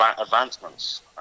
advancements